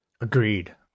agreed